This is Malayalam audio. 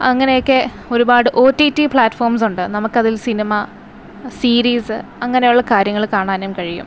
അങ്ങനെ ഒക്കെ ഒരുപാട് ഒടിടി ഫ്ലാറ്റ്ഫോംസുണ്ട് നമുക്ക് അതിൽ സിനിമ സീരീസ് അങ്ങനെയുള്ള കാര്യങ്ങൾ കാണാനും കഴിയും